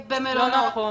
סגן הממונה על התקציבים.